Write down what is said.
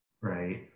right